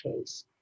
case